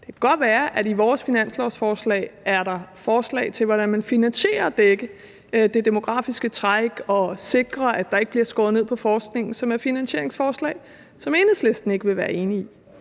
Det kan godt være, at der i vores finanslovforslag er forslag til, hvordan man finansierer at dække det demografiske træk og sikrer, at der ikke bliver skåret ned på forskning, som er finansieringsforslag, som Enhedslisten ikke vil være enig i.